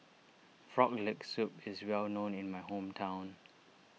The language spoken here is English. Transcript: Frog Leg Soup is well known in my hometown